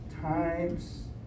times